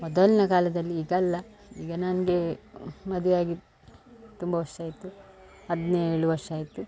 ಮೊದಲ್ನೇ ಕಾಲದಲ್ಲಿ ಈಗಲ್ಲ ಈಗ ನನಗೆ ಮದುವೆ ಆಗಿ ತುಂಬ ವರ್ಷ ಆಯಿತು ಹದಿನೇಳು ವರ್ಷ ಆಯಿತು